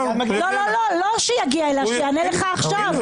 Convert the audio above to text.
לא שיגיע אליה, שיענה לך עכשיו.